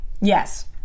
yes